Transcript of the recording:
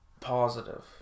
positive